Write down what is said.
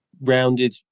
rounded